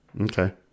Okay